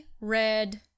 red